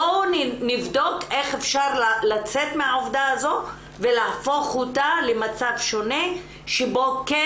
בואו נבדוק איך אפשר לצאת מהעובדה הזו ולהפוך אותה למצב שונה שבו כן